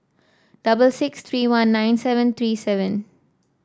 double six three one nine seven three seven